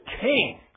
King